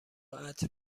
عطر